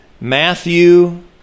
Matthew